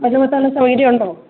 കിണറുകെട്ടാനുള്ള സൗകര്യമുണ്ടോ